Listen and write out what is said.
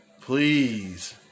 Please